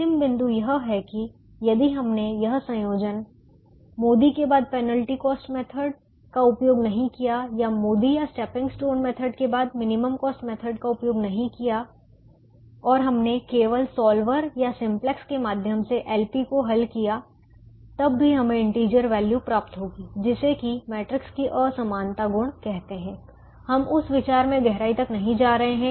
अंतिम बिंदु यह है कि यदि हमने यह संयोजन MODI के बाद पेनल्टी कॉस्ट मेथड का उपयोग नहीं किया या मोदी या स्टेपिंग स्टोन मेथड के बाद मिनिमम कॉस्ट मेथड का उपयोग नहीं किया और हमने केवल सॉल्वर या सिंप्लेक्स के माध्यम से LP को हल किया तब भी हमें इंटीजर वैल्यू प्राप्त होगी जिसे कि मैट्रिक्स की असमानता गुण कहते हैं हम उस विचार में गहराई तक नहीं जा रहे